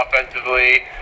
offensively